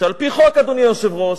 שעל-פי חוק, אדוני היושב-ראש,